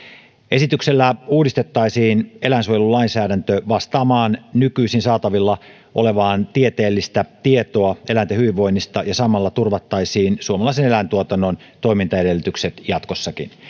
esityksellä uudistettaisiin eläinsuojelulainsäädäntö vastaamaan nykyisin saatavilla olevaa tieteellistä tietoa eläinten hyvinvoinnista ja samalla turvattaisiin suomalaisen eläintuotannon toimintaedellytykset jatkossakin